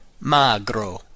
Magro